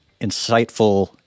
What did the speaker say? insightful